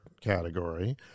category